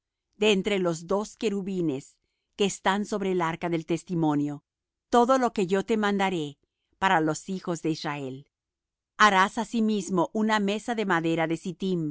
de entre los dos querubines que están sobre el arca del testimonio todo lo que yo te mandaré para los hijos de israel harás asimismo una mesa de madera de